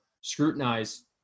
scrutinize